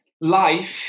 life